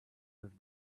with